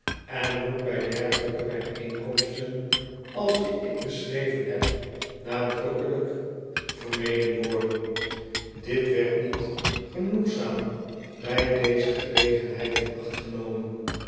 en moet bij dergelijke bijeenkomsten als die ik beschreven heb nadrukkelijk vermeden worden dit werd niet genoegzaam bij deze gelegenheid in acht genomen